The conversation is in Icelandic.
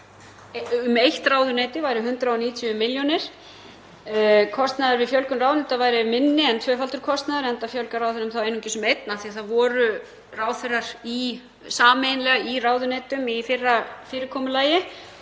um eitt ráðuneyti væri 190 milljónir en kostnaður við fjölgun ráðuneyta væri minni en tvöfaldur kostnaður, enda fjölgar ráðherrum þá einungis um einn af því að það voru ráðherrar sameiginlega í ráðuneytum í fyrra fyrirkomulagi